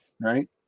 right